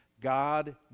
God